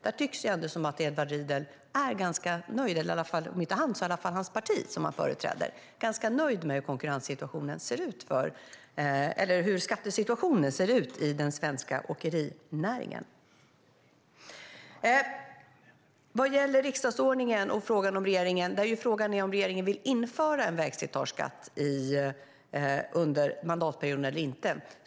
Det tycks ändå som att Edward Riedl är ganska nöjd - eller om inte han, så i varje fall det parti som han företräder - med hur skattesituationen ser ut i den svenska åkerinäringen. Vad gäller riksdagsordningen är frågan om regeringen vill införa en vägslitageskatt under mandatperioden eller inte.